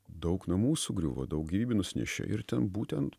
daug namų sugriuvo daug gyvybių nusinešė ir ten būtent